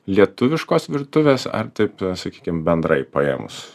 lietuviškos virtuvės ar taip sakykim bendrai paėmus